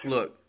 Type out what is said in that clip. Look